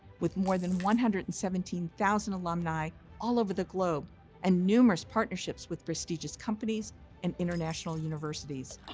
with more than one hundred and seventeen thousand alumni all over the globe and numerous partnerships with prestigious companies and international universities.